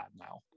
now